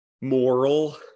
moral